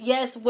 Yes